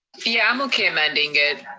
yeah, i'm okay amending it.